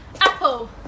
Apple